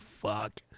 fuck